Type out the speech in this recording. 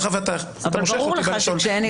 מאחר שאתה מושך אותי בלשון,